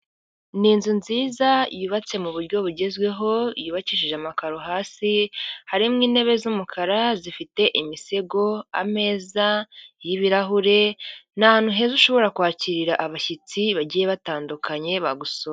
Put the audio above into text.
Nizu nziza yubatse mu buryo bugezweho yubakishije amakaro hasi harimo intebe z'umukara zifite imisego, ameza y'ibirahure nahantu heza ushobora kwakirira abashyitsi bagiye batandukanye bagusuye.